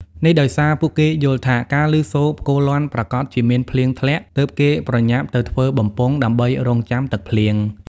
នេះដោយសារ ពួកគេយល់ថាការឮសូរផ្គរលាន់ប្រាកដជាមានភ្លៀងធ្លាក់ទើបគេប្រញាប់ទៅធ្វើបំពង់ដើម្បីរង់ចាំទឹកភ្លៀង។